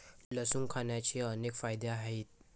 लसूण खाण्याचे अनेक फायदे आहेत